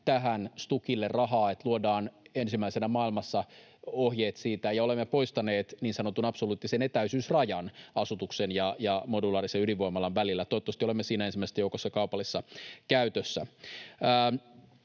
tähän STUKille rahaa, että luodaan ensimmäisenä maailmassa ohjeet siitä, ja olemme poistaneet niin sanotun absoluuttisen etäisyysrajan asutuksen ja modulaarisen ydinvoimalan välillä. Toivottavasti olemme siinä ensimmäisten joukossa kaupallisessa käytössä.